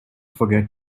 forget